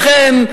לכן,